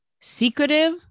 Secretive